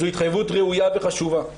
זו התחייבות ראויה וחשובה.